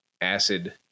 Acid